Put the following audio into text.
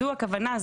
זו הכוונה,